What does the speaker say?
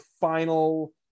final